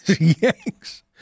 Yanks